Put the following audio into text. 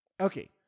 Okay